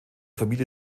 familie